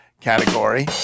Category